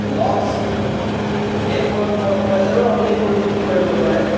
loss সেই প পইচাটো আপুনি পৰিশোধটো কৰিব নোৱাৰে